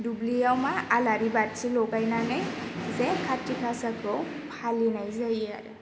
दुब्लियाव मा आलारि बाथि ल'गायनानै जे खाथि गासाखौ फालिनाय जायो आरो